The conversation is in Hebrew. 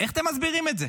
איך אתם מסבירים את זה?